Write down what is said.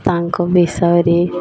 ତାଙ୍କ ବିଷୟରେ